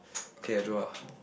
okay I do lah